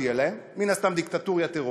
אני אומר "דאעש",